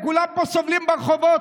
כולם פה סובלים ברחובות.